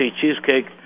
cheesecake